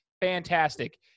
fantastic